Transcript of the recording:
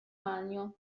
magno